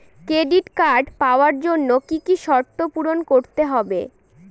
Credit card পাওয়ার জন্য কি কি শর্ত পূরণ করতে হবে?